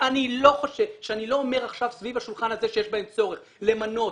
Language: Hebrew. שאני לא אומר עכשיו סביב השולחן הזה שיש בהן צורך למנות